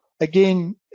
again